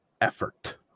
Effort